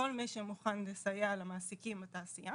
כל מי שמוכן לסייע למעסיקים בתעשייה